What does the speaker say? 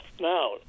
Now